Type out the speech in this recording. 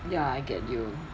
ya I get you